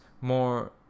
more